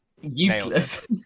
useless